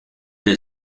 dei